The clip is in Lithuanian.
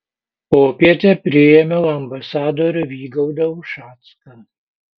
popietę priėmiau ambasadorių vygaudą ušacką